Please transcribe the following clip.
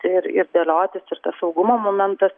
ir ir dėliotis ir tas saugumo momentas